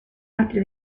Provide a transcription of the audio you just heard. altre